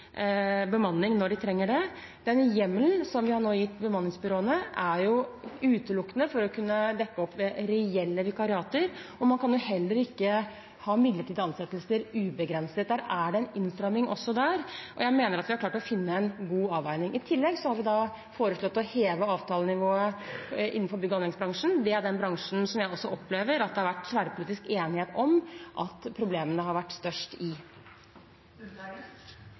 bemanning når de trenger det. Denne hjemmelen som vi nå har gitt bemanningsbyråene, er utelukkende for å kunne dekke opp reelle vikariater. Man kan heller ikke ha midlertidige ansettelser ubegrenset. Der er det også en innstramming, og jeg mener at vi har klart å finne en god avveining. I tillegg har vi foreslått å heve avtalenivået innenfor bygg- og anleggsbransjen. Det er den bransjen jeg også opplever at det har vært tverrpolitisk enighet om at problemene har vært størst i.